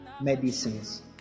medicines